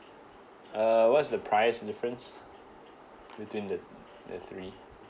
uh what's the price difference between the the three